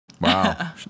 Wow